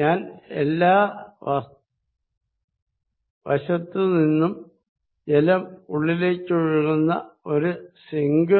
ഞാൻ എല്ലാ വസ്തു നിന്നും ജലം ഉള്ളിലേക്കൊഴുകുന്ന ഒരു സിങ്ക്